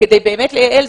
כדי באמת לייעל.